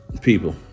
people